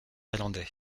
irlandais